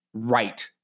Right